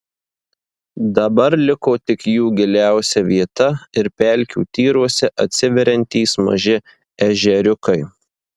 dabar liko tik jų giliausia vieta ir pelkių tyruose atsiveriantys maži ežeriukai